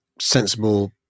sensible